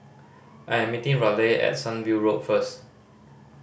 I'm meeting Raleigh at Sunview Road first